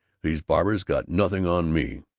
these barbers got nothing on me!